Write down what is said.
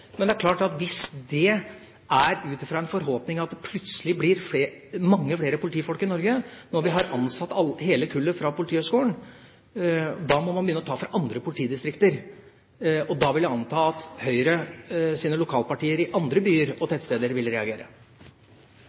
Men det er klart at hvis det er ut fra en forhåpning om at det plutselig blir mange flere politifolk i Norge, og når vi har ansatt hele kullet fra Politihøgskolen, må man begynne å ta fra andre politidistrikter, og da vil jeg anta at Høyres lokalpartier i andre byer og tettsteder ville reagere.